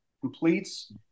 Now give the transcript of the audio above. completes